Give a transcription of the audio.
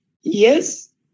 yes